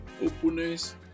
openness